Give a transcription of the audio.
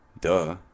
duh